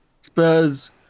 Spurs